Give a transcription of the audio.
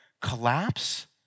collapse